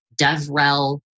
DevRel